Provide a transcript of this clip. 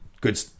good